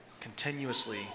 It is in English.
continuously